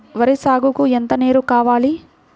వరి సాగుకు ఎంత నీరు కావాలి?